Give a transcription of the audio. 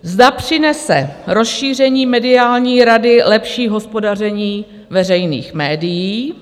Zda přinese rozšíření mediální rady lepší hospodaření veřejných médií?